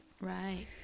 Right